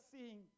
seeing